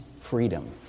freedom